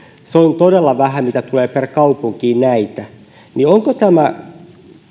se on todella vähän mitä näitä tulee per kaupunki onko tämä